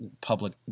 public